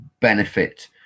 benefit